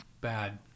bad